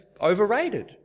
overrated